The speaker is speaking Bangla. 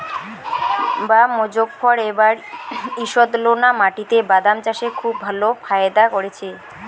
বাঃ মোজফ্ফর এবার ঈষৎলোনা মাটিতে বাদাম চাষে খুব ভালো ফায়দা করেছে